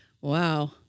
wow